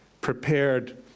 prepared